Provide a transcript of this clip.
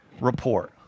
report